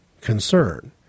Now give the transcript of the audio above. concern